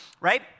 right